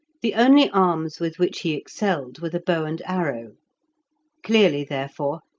the only arms with which he excelled were the bow and arrow clearly, therefore,